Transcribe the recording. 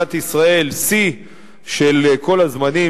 למדינת ישראל שיא של כל הזמנים,